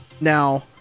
now